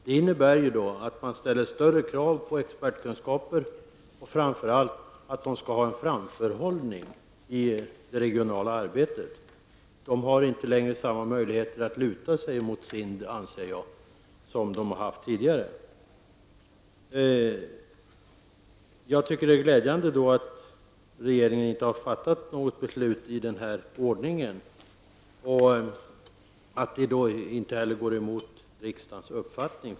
Det innebär att det ställs större krav på expertkunskaper och framför allt att det skall finnas en framförhållning från länen i det regionala arbetet. Jag anser att de inte längre har samma möjligheter som tidigare att luta sig mot SIND. Jag tycker att det är glädjande att regeringen ännu inte har fattat något beslut när det gäller länsstyrelseinstruktionen som går emot riksdagens uppfattning.